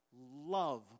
love